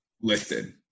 listed